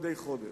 מדי חודש?